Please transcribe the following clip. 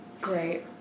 Great